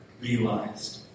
realized